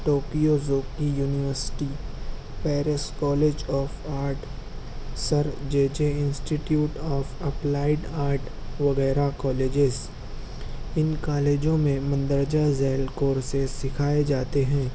Tokyo Zokei university Paris college of art Sir J J institute of applied art وغیرہ colleges ان کالجوں میں مندرجہ ذیل کورسس سیکھائے جاتے ہیں